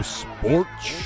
sports